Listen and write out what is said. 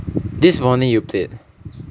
this morning you played